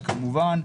וכמובן,